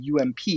UMP